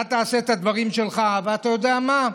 אתה תעשה את הדברים שלך, אבל אתה יודע מה?